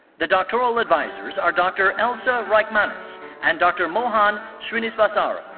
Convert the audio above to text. the doctoral advisers are dr. elsa reichmanis and dr. mohan srinivasarao.